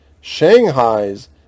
Shanghai's